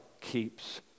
keeps